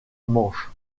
manche